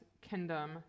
kingdom